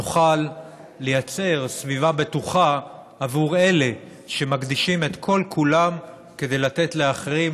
נוכל לייצר סביבה בטוחה עבור אלה שמקדישים את כולם כדי לתת לאחרים,